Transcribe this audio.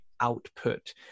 output